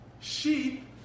Sheep